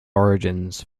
origins